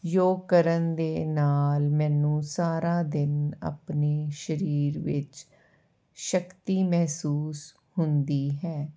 ਯੋਗ ਕਰਨ ਦੇ ਨਾਲ ਮੈਨੂੰ ਸਾਰਾ ਦਿਨ ਆਪਣੇ ਸਰੀਰ ਵਿੱਚ ਸ਼ਕਤੀ ਮਹਿਸੂਸ ਹੁੰਦੀ ਹੈ